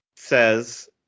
says